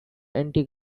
anti